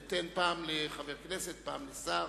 אני אתן פעם לחבר כנסת ופעם לשר.